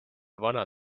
vana